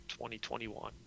2021